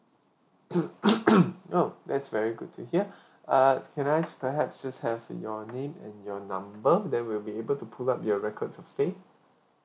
oh that's very good to hear uh can I perhaps just have your name and your number then we'll be able to pull up your records of stay